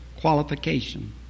qualification